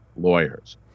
lawyers